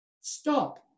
stop